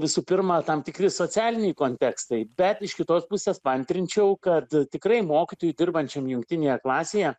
visų pirma tam tikri socialiniai kontekstai bet iš kitos pusės paantrinčiau kad tikrai mokytojui dirbančiam jungtinėje klasėje